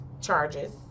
charges